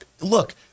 look